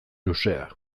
luzea